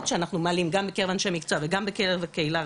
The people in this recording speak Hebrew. שאנחנו מעלים גם בקרב מקצוע וגם בקרב הקהילה,